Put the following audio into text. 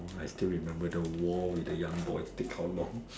uh I still remember the war with the young boys speak how long